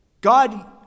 God